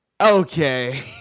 Okay